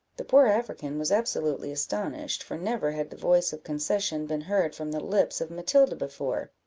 the poor african was absolutely astonished, for never had the voice of concession been heard from the lips of matilda before,